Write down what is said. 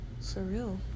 surreal